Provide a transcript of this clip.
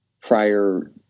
prior